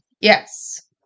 Yes